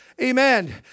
Amen